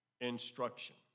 instruction